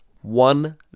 one